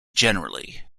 generally